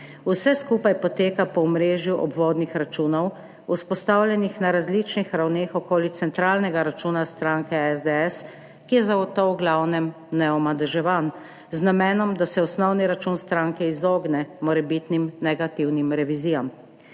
Vse skupaj poteka po omrežju obvodnih računov, vzpostavljenih na različnih ravneh okoli centralnega računa stranke SDS, ki je zato v glavnem neomadeževan, z namenom, da se osnovni račun stranke izogne morebitnim negativnim revizijam.